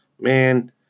man